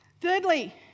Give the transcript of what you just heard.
Thirdly